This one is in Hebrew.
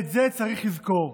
ואת זה צריך לזכור,